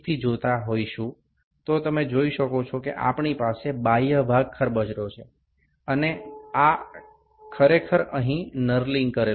যদি আমরা এই টুকরোটি খুব কাছ থেকে দেখি তবে আপনি দেখতে পাচ্ছেন যে আমাদের বাহ্যিক অংশে এই খাঁজ কাটা গুলি রয়েছে এটি আসলে এখানে নার্লিং করা আছে